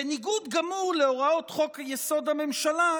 בניגוד גמור להוראות חוק-יסוד: הממשלה,